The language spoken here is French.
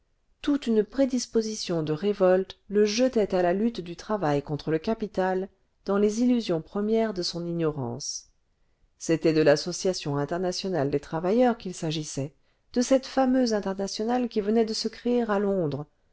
toute une prédisposition de révolte le jetait à la lutte du travail contre le capital dans les illusions premières de son ignorance c'était de l'association internationale des travailleurs qu'il s'agissait de cette fameuse internationale qui venait de se créer à londres